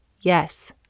Yes